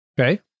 Okay